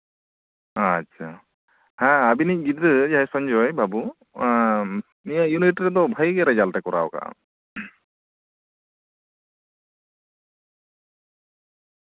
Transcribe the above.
ᱟᱪᱪᱷᱟ ᱦᱮᱸ ᱟᱵᱤᱱᱤᱡ ᱜᱤᱫᱽᱨᱟᱹ ᱡᱟᱦᱟᱸᱭ ᱥᱚᱧᱡᱚᱭ ᱵᱟᱵᱩ ᱮᱸᱜ ᱱᱤᱭᱟᱹ ᱤᱭᱩᱱᱤᱴ ᱨᱮᱫᱚ ᱵᱷᱟᱹᱜᱤ ᱜᱮ ᱨᱮᱡᱟᱞᱴ ᱮᱭ ᱠᱚᱨᱟᱣ ᱟᱠᱟᱫᱟ